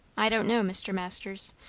i don't know, mr. masters.